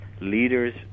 leaders